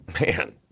Man